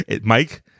Mike